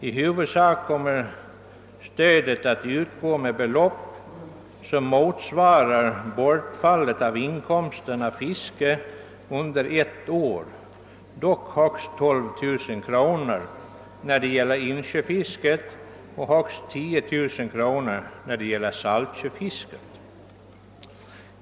I huvudsak kommer stödet att utgå med ett belopp som motsvarar bortfallet av inkomsten av fiske under ett år, dock högst 12 000 kronor när det gäller insjöfiske och 10 000 kronor när det gäller saltsjöfiske.